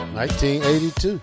1982